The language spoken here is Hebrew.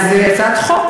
הצעת חוק,